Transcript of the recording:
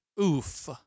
Oof